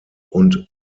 und